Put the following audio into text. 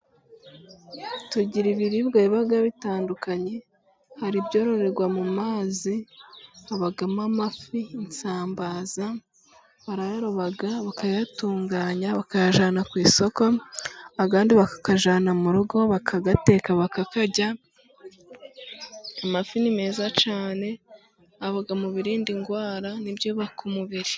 Tugira ibiribwa biba bitandukanye, hari ibyororerwa mu mazi, abamo amafi, isambaza, barayaroba, bakayatunganya, bakayajyanana ku isoko, ayandi bakayajyana mu rugo bakayateka, bakakarya. Amafi ni meza cyane, aba mu biriinda ndwara, ibyubaka umubiri.